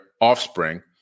offspring